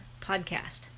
podcast